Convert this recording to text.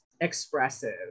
expressive